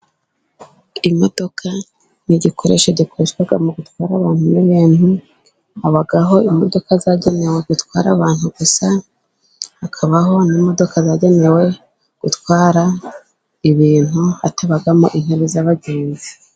Imodoka ni igikoresho gikoreshwa mu gutwara abantu n'ibintu, habaho imodoka zagenewe gutwara abantu gusa ,hakabaho n'imodoka zagenewe gutwara ibintu, hatabamo intebe z'abagenzi.